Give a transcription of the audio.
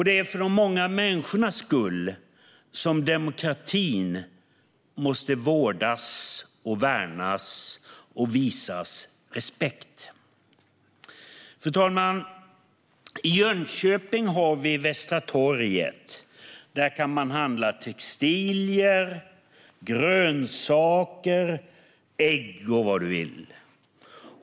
Det är för de många människornas skull som demokratin måste vårdas, värnas och visas respekt. Fru talman! I Jönköping har vi Västra torget där man kan handla textilier, grönsaker, ägg och så vidare.